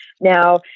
Now